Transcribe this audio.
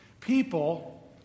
People